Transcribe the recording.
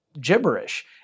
gibberish